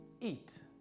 eat